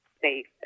safe